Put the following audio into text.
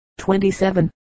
27